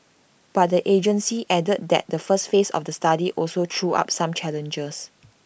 but the agency added that the first phase of the study also threw up some challenges